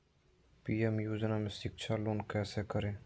PM योजना में शिक्षा लोन कैसे करें?